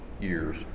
years